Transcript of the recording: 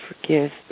forgive